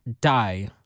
die